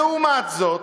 לעומת זאת,